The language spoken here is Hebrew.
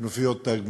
כנופיות "תג מחיר".